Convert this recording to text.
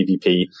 PvP